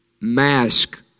mask